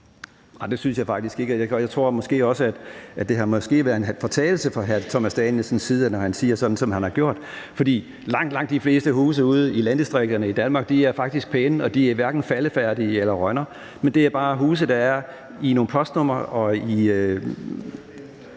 det synes jeg faktisk ikke, og jeg tror også, at det måske har været en fortalelse fra hr. Thomas Danielsens side, når han siger sådan, som han har gjort, for langt, langt de fleste huse ude i landdistrikterne i Danmark er faktisk pæne, og de er hverken faldefærdige eller rønner, men det er bare huse, der er i nogle postnumre i